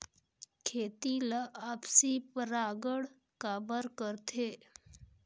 खेती ला आपसी परागण काबर करथे?